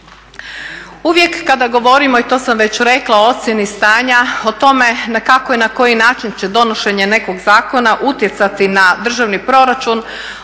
Uvijek kada govorimo i to sam već rekla o ocjeni stanja o tome na kako i na koji način će donošenje nekog zakona utjecati na državni proračun